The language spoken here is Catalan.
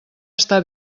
està